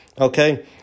Okay